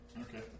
Okay